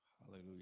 Hallelujah